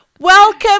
Welcome